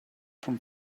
from